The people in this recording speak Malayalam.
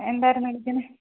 എന്തായിരുന്നു വിളിക്കുന്നത്